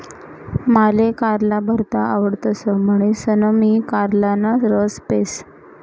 माले कारला भरता आवडतस म्हणीसन मी कारलाना रस पेस